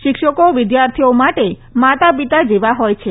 શિક્ષકો વિદ્યાર્થીઓ માટે માતા પિતા જેવા હોય છે